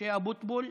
משה אבוטבול,